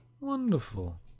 Wonderful